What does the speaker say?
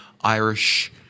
Irish